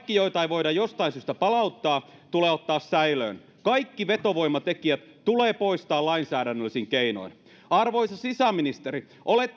voida jostain syystä palauttaa tulee ottaa säilöön kaikki vetovoimatekijät tulee poistaa lainsäädännöllisin keinoin arvoisa sisäministeri